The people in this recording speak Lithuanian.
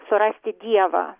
surasti dievą